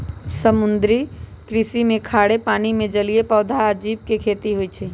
समुद्री कृषि में खारे पानी में जलीय पौधा आ जीव के खेती होई छई